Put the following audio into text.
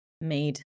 made